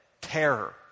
terror